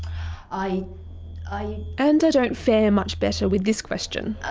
i i and don't fare much better with this question.